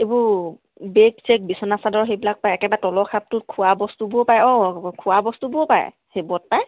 এইবোৰ বেগ চেক বিচনা চাদৰ সেইবিলাক পায় একেবাৰে তলৰ খাপটোত খোৱা বস্তুবোৰ পায় অঁ খোৱা বস্তুবোৰো পায় সেইবোৰত পায়